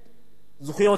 זכויות אדם,